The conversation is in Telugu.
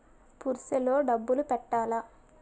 పుర్సె లో డబ్బులు పెట్టలా?